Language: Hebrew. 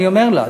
אני אומר לה.